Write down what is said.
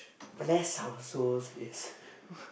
bless our souls yes